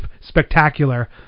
spectacular